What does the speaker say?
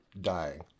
dying